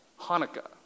Hanukkah